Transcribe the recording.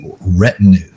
retinue